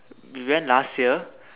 we went last year